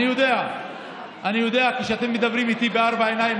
אני יודע מה אתם אומרים כשאתם מדברים איתי בארבע עיניים,